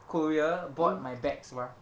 korea bought my bags mah